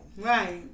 Right